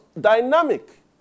dynamic